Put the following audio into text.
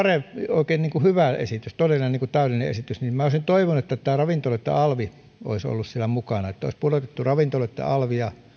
oikein hyvä ja todella niin kuin täydellinen esitys niin minä olisin toivonut että että tämä ravintoloiden alvi olisi ollut siellä mukana olisi pudotettu ravintoloiden alvia